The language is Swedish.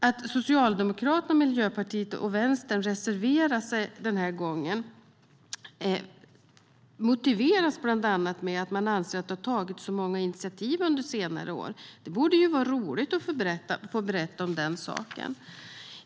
Att Socialdemokraterna, Miljöpartiet och Vänstern reserverar sig den här gången motiveras bland annat med att de anser att det har tagits så många initiativ under senare år. Det borde vara roligt att få berätta det.